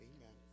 Amen